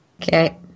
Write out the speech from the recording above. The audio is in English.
Okay